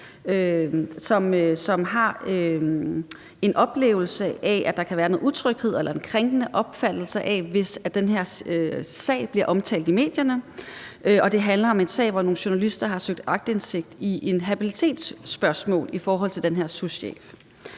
som har en oplevelse af, at der kan være noget utryghed, eller at det kan opfattes krænkende, hvis den her sag bliver omtalt i medierne, og det handler om en sag, hvor nogle journalister har søgt aktindsigt i et habilitetsspørgsmål i forhold til den her souschef.